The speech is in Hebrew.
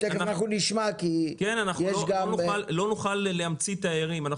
לא נוכל להמציא תיירים.